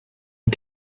and